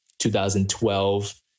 2012